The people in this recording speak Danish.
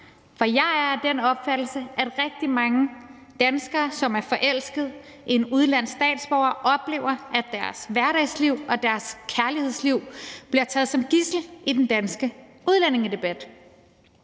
For jeg er af den opfattelse, at rigtig mange danskere, som er forelsket i en udenlandsk statsborger, oplever, at deres hverdagsliv og deres kærlighedsliv bliver taget som gidsel i den danske udlændingedebat.